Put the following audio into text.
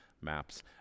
maps